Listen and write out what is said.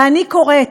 ואני קוראת